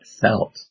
felt